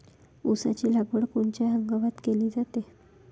ऊसाची लागवड कोनच्या हंगामात केली जाते?